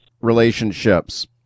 relationships